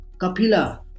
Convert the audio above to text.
Kapila